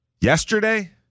Yesterday